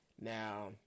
Now